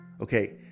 Okay